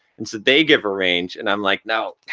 and so they give a range and i'm like, no,